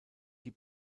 die